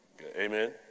Amen